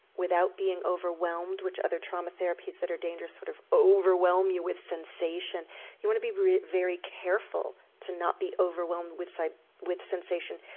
without being overwhelmed which other trauma therapies that are dangerous do, sort of overwhelm you with sensation you want to be very careful to not be overwhelmed with so with sensation,